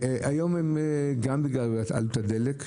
גם בגלל עלות הדלק,